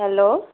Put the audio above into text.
hello